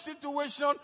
situation